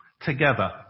together